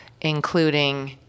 including